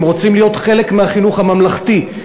הם רוצים להיות חלק מהחינוך הממלכתי,